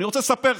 אני רוצה לספר לך,